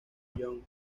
jones